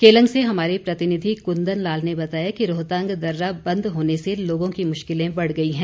केलंग से हमारे प्रतिनिधि कुंदन लाल ने बताया कि रोहतांग दर्रा बंद होने से लोगों की मुश्किलें बढ़ गई हैं